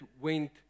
went